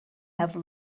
have